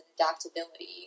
adaptability